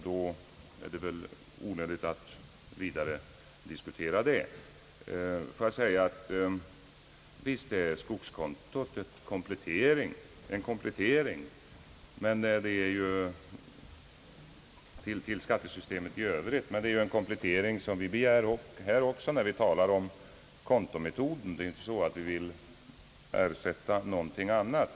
Då är det väl onödigt att vidare diskutera den. Visst är skogskontot en komplettering till skattesystemet i övrigt, men det är ju också en komplettering som vi begär när vi talar om kontometoden. Vi vill dock inte ersätta något annat.